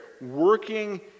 working